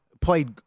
played